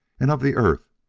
and of the earth,